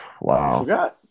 Wow